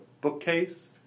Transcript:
bookcase